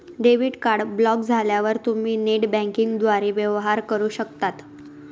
debit card block झाल्यावर तुम्ही net बँकिंगद्वारे वेवहार करू शकता